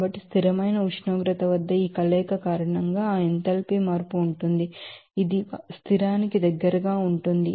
కాబట్టి స్థిరమైన ఉష్ణోగ్రత వద్ద ఈ కలయిక కారణంగా ఆ ఎంథాల్పీ మార్పు ఉంటుంది ఇది స్థిరానికి దగ్గరగా ఉంటుంది